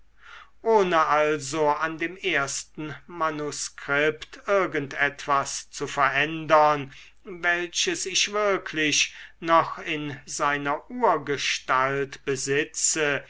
ohne also an dem ersten manuskript irgend etwas zu verändern welches ich wirklich noch in seiner urgestalt besitze